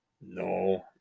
No